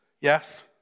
Yes